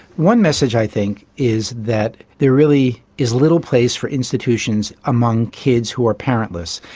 one message i think is that there really is little place for institutions among kids who are parentless.